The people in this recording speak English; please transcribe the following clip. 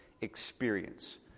experience